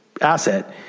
asset